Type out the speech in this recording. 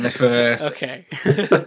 Okay